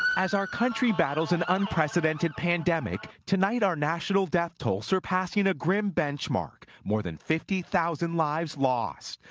as our country battles an unprecedented pandemic, tonight our national death toll surpassing a grim benchmark. more than fifty thousand lives lost.